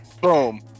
boom